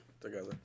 together